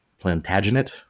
Plantagenet